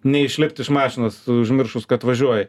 neišlipt iš mašinos užmiršus kad važiuoji